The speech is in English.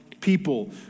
people